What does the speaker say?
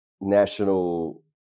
national